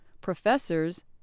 professors